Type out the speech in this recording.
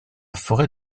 forêt